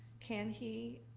can he,